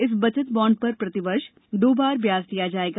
इस बचत बॉण्ड पर प्रतिवर्ष दो बार ब्याज दिया जाएगा